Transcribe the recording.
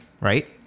right